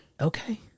Okay